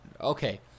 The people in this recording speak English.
Okay